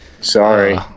Sorry